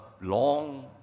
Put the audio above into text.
long